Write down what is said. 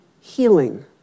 healing